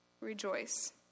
Rejoice